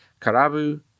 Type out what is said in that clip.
Karabu